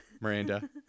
miranda